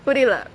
புரிலே:purile